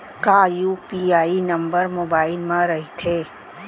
का UPI number mobile म रहिथे?